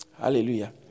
Hallelujah